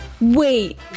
Wait